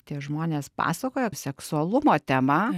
tie žmonės pasakoja seksualumo tema